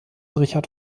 richard